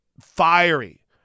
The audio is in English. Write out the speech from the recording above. fiery